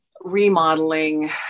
remodeling